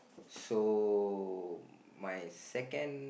so my second